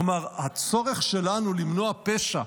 כלומר הצורך שלנו למנוע פשע,